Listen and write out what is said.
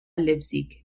leipzig